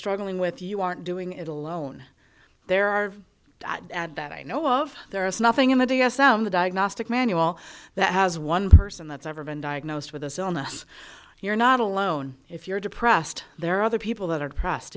struggling with you aren't doing it alone there are at that i know of there is nothing in the d s m the diagnostic manual that has one person that's ever been diagnosed with this illness you're not alone if you're depressed there are other people that are depressed